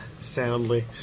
soundly